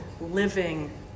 living